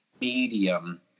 medium